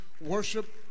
worship